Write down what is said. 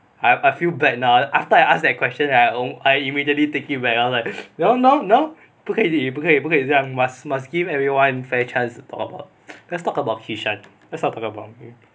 I I feel bad now after I ask that question I o~ I immediately take it back I was like no no no 不可以 already 不可以不可以这样 must must give everyone fair chance to talk about let's talk about kishan let's not talk about me